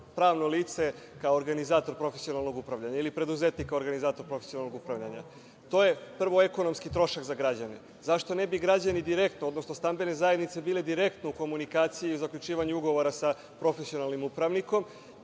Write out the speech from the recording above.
pravno lice, kao organizator profesionalnog upravljanja? Ili preduzetnik, kao organizator profesionalnog upravljanja? To je prvo ekonomski trošak za građane. Zašto ne bi građani direktno, odnosno stambene zajednice bile direktno u komunikaciji u zaključivanju ugovora sa profesionalnim upravnikom,